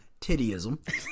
tittyism